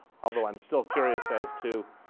although i'm still curious as to